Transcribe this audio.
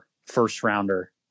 first-rounder